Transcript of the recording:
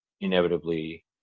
inevitably